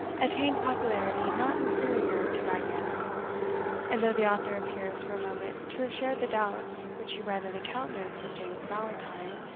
attained popularity not inferior to guy mannering and though the author appears for a moment to have shared the doubts which he read in the countenance of james ballantyne,